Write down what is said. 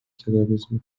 терроризму